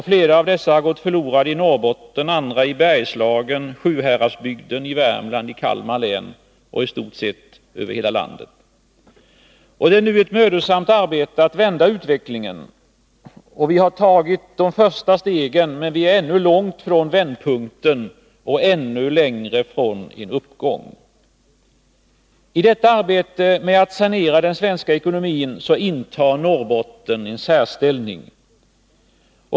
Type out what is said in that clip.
Flera av dem har förlorats i Norrbotten, andra i Bergslagen, Sjuhäradsbygden, Värmland och Kalmar län. Det har i stort sett gällt hela landet. Det är nu ett mödosamt arbete att vända utvecklingen. De första stegen har tagits, men vi är ännu långt från vändpunkten och ännu längre från en uppgång. I arbetet på att sanera den svenska ekonomin intar Norrbotten en särställning.